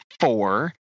four